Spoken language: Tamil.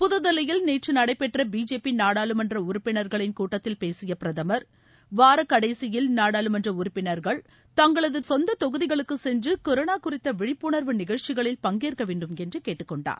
புத்தில்லியில் நேற்று நடைபெற்ற பிஜேபி நாடாளுமன்ற உறுப்பினர்களின் கூட்டத்தில் பேசிய பிரதமர் வார கடைசியில் நாடாளுமன்ற உறுப்பினர்கள் தங்களது சொந்த தொகுதிகளுக்கு சென்று கொரோனா குறித்த விழிப்புணர்வு நிகழ்ச்சிகளில் பங்கேற்கவேண்டும் என்று கேட்டுக்கொண்டார்